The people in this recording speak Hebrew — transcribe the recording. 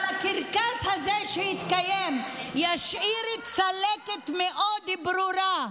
אבל הקרקס הזה שהתקיים ישאיר צלקת מאוד ברורה,